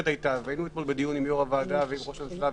היינו אתמול בדיון עם יו"ר הוועדה ועם ראש הממשלה,